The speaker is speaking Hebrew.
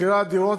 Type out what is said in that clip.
מחירי הדירות,